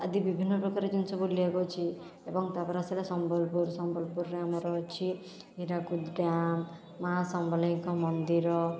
ଆଦି ବିଭିନ୍ନ ପ୍ରକାର ଜିନିଷ ବୁଲିବାକୁ ଅଛି ଏବଂ ତାପରେ ଆସିଲା ସମ୍ବଲପୁର ସମ୍ବଲପୁରରେ ଆମର ଅଛି ହୀରାକୁଦ ଡ୍ୟାମ୍ ମା' ସମଲେଇଙ୍କ ମନ୍ଦିର